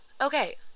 Okay